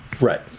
right